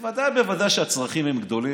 בוודאי ובוודאי שהצרכים הם גדולים,